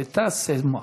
L'Etat ce moi.